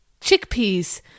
chickpeas